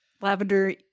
lavender